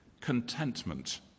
contentment